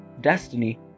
destiny